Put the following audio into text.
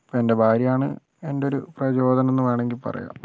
എൻ്റെ ഭാര്യയാണ് എൻ്റെ ഒരു പ്രചോദനം എന്ന് വേണമെങ്കിൽ പറയാം